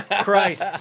Christ